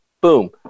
Boom